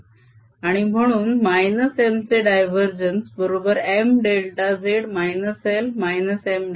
आणि म्हणून M चे डायवरजेन्स बरोबर Mδz L Mδz होईल